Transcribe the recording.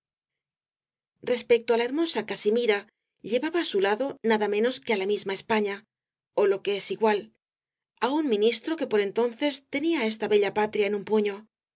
respecto á la hermosa casimira llevaba á su lado nada menos que á la misma españa ó lo que es igual á un ministro que por entonces tenía á esta bella patria en un puño